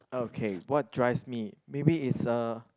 okay what drives me maybe it's uh